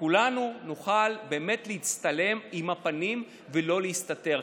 וכולנו נוכל באמת להצטלם עם הפנים ולא להסתתר.